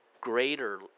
greater